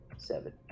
Seven